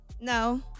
No